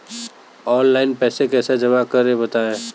Online पैसा कैसे जमा करें बताएँ?